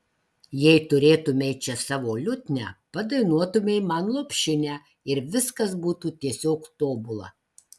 jei turėtumei čia savo liutnią padainuotumei man lopšinę ir viskas būtų tiesiog tobula